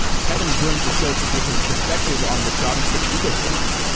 kevin joins the show to give his perspective on the javascript ecosystem.